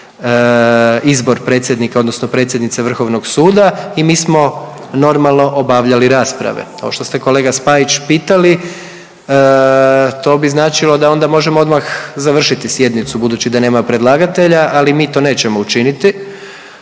izbor predsjednika odnosno predsjednice Vrhovnog suda i mi smo normalno obavljali rasprave. Ovo što ste kolega Spajić, pitali, to bi značilo da onda možemo odmah završiti sjednicu, budući da nema predlagatelja, ali mi to nećemo učiniti